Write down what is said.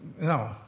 No